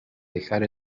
dejar